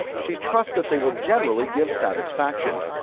she trusts that they will generally give satisfaction.